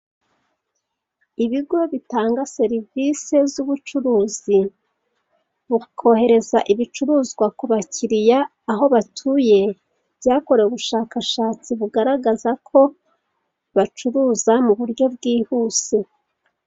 Ibigo bitanga serivise z'ubucuruzi mu kohereza ibicuruzwa ku bakiriya aho batuye, byakorewe ubushakashatsi bugaragazako bacuruza mu buryo bwihuse.